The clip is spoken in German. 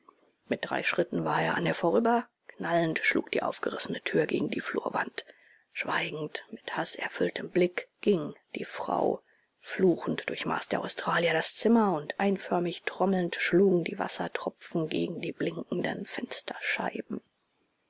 mit drei schritten war er an ihr vorüber knallend schlug die aufgerissene tür gegen die flurwand schweigend mit haßerfülltem blick ging die frau fluchend durchmaß der australier das zimmer und einförmig trommelnd schlugen die wassertropfen gegen die blinkenden fensterscheiben